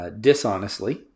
dishonestly